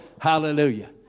Hallelujah